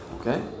Okay